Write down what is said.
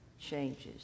changes